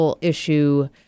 issue